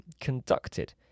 conducted